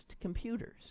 computers